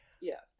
Yes